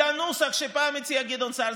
לנוסח שפעם הציע גדעון סער,